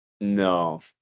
no